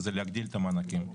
להגדיל את המענקים.